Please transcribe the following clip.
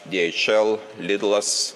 dhl lidlas